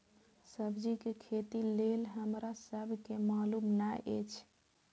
सब्जी के खेती लेल हमरा सब के मालुम न एछ?